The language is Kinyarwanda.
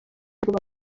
rubavu